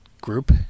group